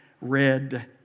red